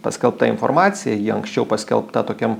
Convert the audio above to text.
paskelbta informacija ji ankščiau paskelbta tokiam